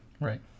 Right